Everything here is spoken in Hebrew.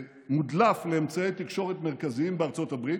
מודלף לאמצעי תקשורת מרכזיים בארצות הברית